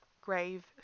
Grave